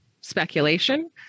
speculation